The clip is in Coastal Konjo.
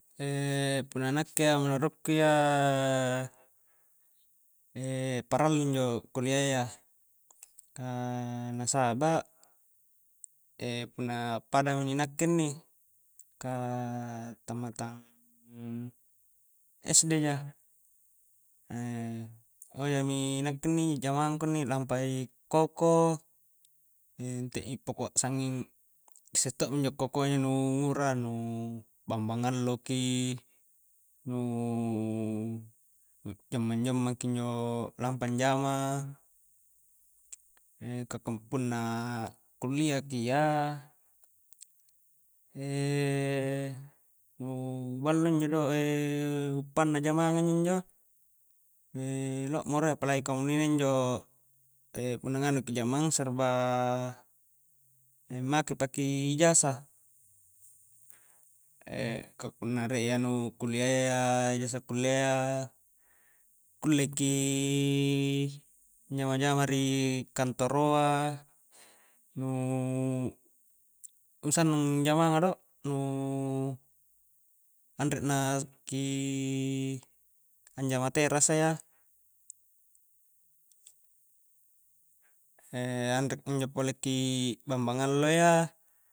punna nakke iya menuruku' iya parallu injo kullia iyya ka na saba' punna pada mi nakke inni ka tammatang sd ja hhoja mi nakke inni jamangku inni lampa i'koko nte mi pakua sangging ki isse to'mi injo a'kokoa nu ngura, nu a'bambang alloki nu jammang-jammangki injo lampa anjama, ka punna kullia ki iya nu ballo injo do nguppanna jamang a injo nu lo'moro ka punna rie ijazah kullia iyya kulleki anjama-jama ri kantoroa nu sannang jamang a do, nuu anre na ki anjama terasa iya, anre injo pole na ki a'bambang allo iya